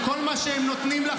כמה קיצצתם?